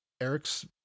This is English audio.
Eric's